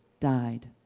dyed.